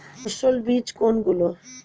সস্যল বীজ কোনগুলো?